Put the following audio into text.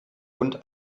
und